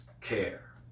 care